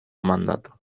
mandato